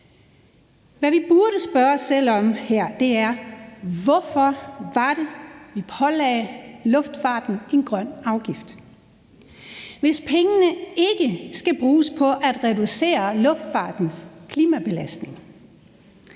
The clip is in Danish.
hvorfor det var, at vi pålagde luftfarten en grøn afgift, hvis pengene ikke skal bruges på at reducere luftfartens klimabelastning.